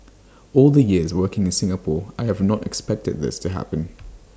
all the years working in Singapore I have not expected this to happen